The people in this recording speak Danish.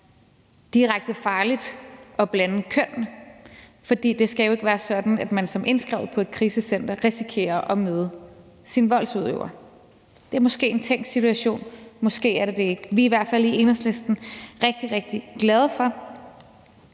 direkte farligt at blande køn. For det skal jo ikke være sådan, at man som indskrevet på et krisecenter risikerer at møde sin voldsudøver. Det er måske en tænkt situation; måske er det det ikke. Vi er i hvert fald i Enhedslisten rigtig, rigtig glade for,